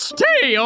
Stay